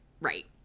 Right